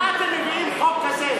מה אתם מביאים חוק כזה?